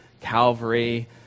Calvary